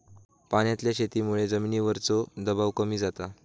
पाण्यातल्या शेतीमुळे जमिनीवरचो दबाव कमी जाता